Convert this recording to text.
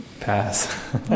Pass